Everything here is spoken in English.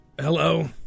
hello